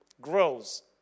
grows